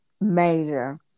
major